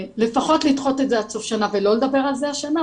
לפחות לדחות את זה לסוף שנה ולא לדבר על זה השנה.